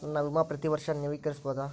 ನನ್ನ ವಿಮಾ ಪ್ರತಿ ವರ್ಷಾ ನವೇಕರಿಸಬೇಕಾ?